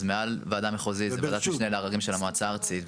אז מעל וועדה מחוזית זה ברשות וועדת הערר של המועצה הארצית,